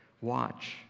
watch